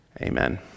Amen